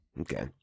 Okay